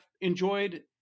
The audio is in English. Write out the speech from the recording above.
enjoyed